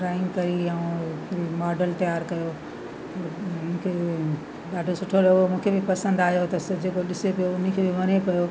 drawing कई ऐं model तयारु कयो ड्रॉइंग कयो ॾाढो सुठो लॻो मूंखे बि पसंदि आयो त स जेको ॾिसे पियो उन खे बि वणे पियो